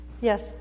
Yes